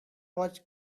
was